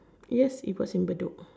yes it was in Bedok